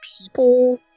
people